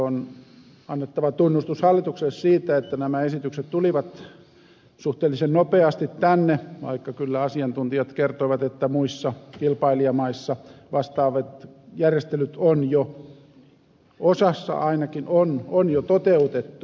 on annettava tunnustus hallitukselle siitä että nämä esitykset tulivat suhteellisen nopeasti tänne vaikka kyllä asiantuntijat kertoivat että muissa kilpailijamaissa osassa ainakin vastaavat järjestelyt on jo toteutettu